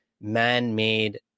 man-made